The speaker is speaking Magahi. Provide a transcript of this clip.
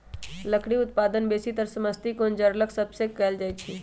लकड़ी उत्पादन बेसीतर समशीतोष्ण जङगल सभ से कएल जाइ छइ